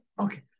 Okay